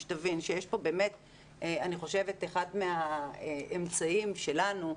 תבין, יש כאן באמת את אחד האמצעים שלנו והוא